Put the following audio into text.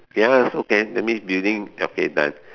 ya also can that means building okay done